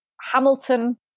Hamilton